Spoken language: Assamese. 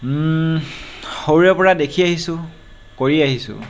সৰুৰে পৰা দেখি আহিছোঁ কৰি আহিছোঁ